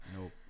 Nope